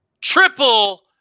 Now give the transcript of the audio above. Triple